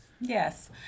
Yes